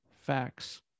facts